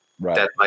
Right